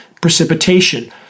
precipitation